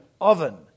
oven